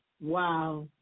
Wow